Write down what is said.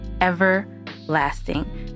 Everlasting